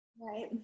Right